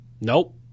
nope